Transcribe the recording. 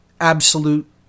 absolute